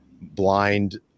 blind